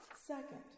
Second